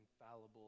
infallible